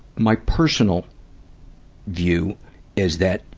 my personal view is that,